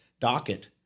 docket